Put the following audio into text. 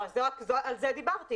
על זה דיברתי.